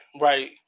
right